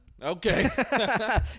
Okay